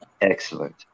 Excellent